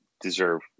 deserve